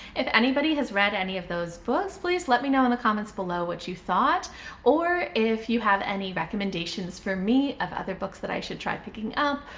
if anybody has read any of those books, please let me know in the comments below what you thought or if you have any recommendations for me of other books that i should try picking up,